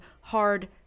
hard